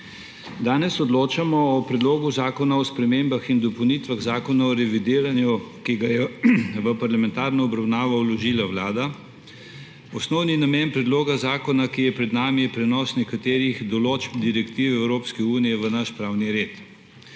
Danes odločamo o Predlogu zakona o spremembah in dopolnitvah Zakona o revidiranju, ki ga je v parlamentarno obravnavo vložila Vlada. Osnovni namen predloga zakona, ki je pred nami, je prenos nekaterih določb direktiv Evropske unije v naš pravni red.